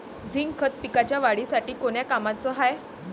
Zinc खत पिकाच्या वाढीसाठी कोन्या कामाचं हाये?